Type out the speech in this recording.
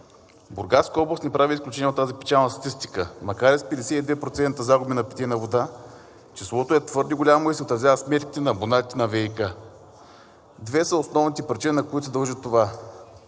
Бургаска област не прави изключение от тази печална статистика – макар и с 52% загуби на питейна вода, числото е твърде голямо и се отразява на сметките на абонатите на ВиК. Две са основните причини, на които се дължи това.